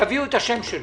תביאו את השם שלו.